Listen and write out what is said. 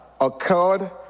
occurred